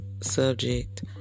subject